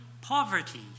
poverty